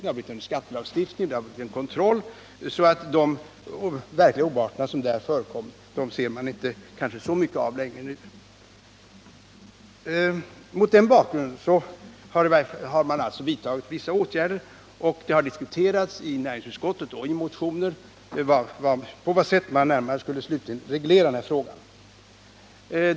Det har tillkommit en skattelagstiftning och en kontroll som gör att man numera inte ser så mycket av de verkliga oarter som tidigare förekom. Vissa åtgärder har alltså vidtagits, och det har diskuterats i näringsutskottet och i motioner på vad sätt man slutligt skulle reglera den här frågan.